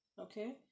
Okay